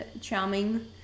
charming